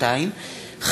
22,